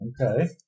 Okay